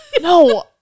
no